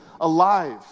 alive